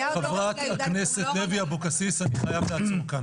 חברת הכנסת לוי אבקסיס, אני חייב לעצור כאן.